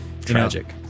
Tragic